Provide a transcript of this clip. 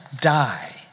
die